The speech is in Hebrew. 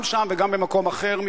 גם שם וגם במקום אחר,